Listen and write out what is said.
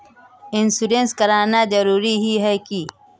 Insurance कराना जरूरी ही है की?